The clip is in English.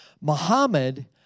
Muhammad